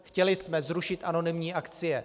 Chtěli jsme zrušit anonymní akcie.